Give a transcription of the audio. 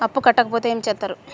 అప్పు కట్టకపోతే ఏమి చేత్తరు?